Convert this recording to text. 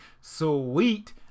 sweet